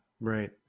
Right